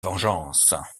vengeance